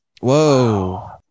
Whoa